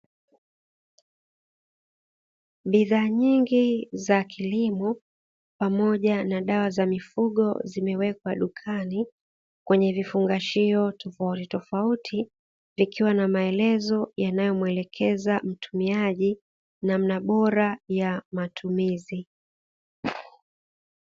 Bidhaa nyingi za kilimo pamoja na dawa za mifugo zimewekwa dukani kwenye vifungashio tofautitofauti, vikiwa na maelezo yanayomwelekeza mtumiaji namna bora ya matumizi.